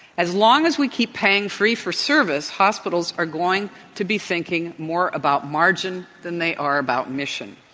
as long as we keep paying free-for-service, hospitals are going to be thinking more about margin than they are about mission.